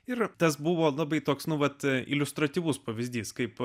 ir tas buvo labai toks nu vat iliustratyvus pavyzdys kaip